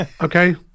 okay